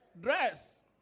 Dress